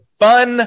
fun